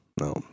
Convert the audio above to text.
No